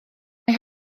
mae